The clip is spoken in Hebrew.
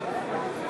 בעד